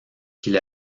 qu’il